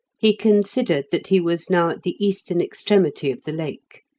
he considered that he was now at the eastern extremity of the lake,